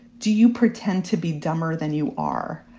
do you pretend to be dumber than you are.